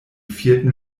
vierten